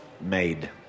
Made